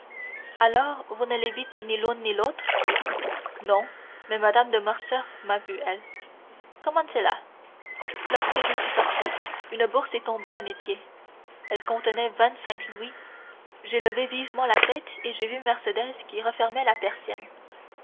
alors vous ne les vîtes ni l'un ni l'autre non mais mme de morcerf m'a vu elle comment cela lorsque je suis sorti une bourse est tombée à mes pieds elle contenait vingt-cinq louis j'ai levé vivement la tête et j'ai vu mercédès qui refermait la persienne